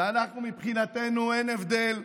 ואנחנו, מבחינתנו, אין הבדל.